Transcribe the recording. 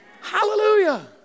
hallelujah